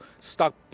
stuck